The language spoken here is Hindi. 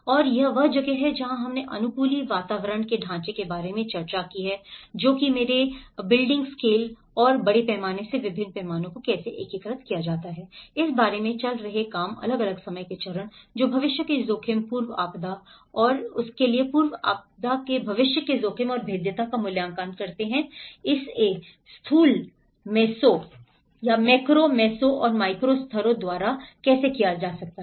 और यह वह जगह है जहां हमने अनुकूली वातावरण के ढांचे के बारे में चर्चा की है जो कि मेरे बिल्डिंग स्केल और बड़े पैमाने से विभिन्न पैमानों को कैसे एकीकृत किया जाए इस बारे में चल रहे काम अलग अलग समय के चरण जो भविष्य के जोखिम पूर्व आपदा और के लिए पूर्व आपदा है भविष्य के जोखिम और भेद्यता का मूल्यांकन इसे मैक्रो मेसो और माइक्रो स्तरों द्वारा कैसे किया जा सकता है